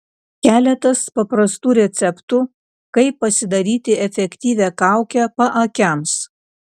keletas paprastų receptų kaip pasidaryti efektyvią kaukę paakiams